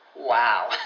Wow